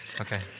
Okay